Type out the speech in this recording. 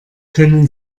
können